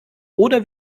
oder